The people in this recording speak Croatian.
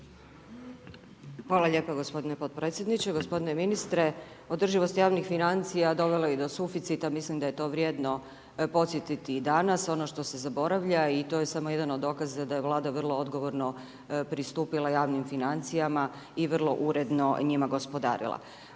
Hvala lijepa gospodine potpredsjedniče. Gospodine ministre, održivost javnih financija dovelo je i do suficita, mislim da je to vrijedno podsjetiti i danas, ono što se zaboravlja i to je samo jedan od dokaza da je vlada vrlo odgovorno pristupila javnim financijama i vrlo uredno njima gospodarila.